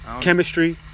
Chemistry